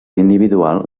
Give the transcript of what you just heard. individual